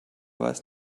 weiß